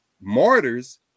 martyrs